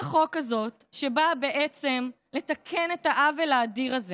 הצעת החוק הזאת באה בעצם לתקן את העוול האדיר הזה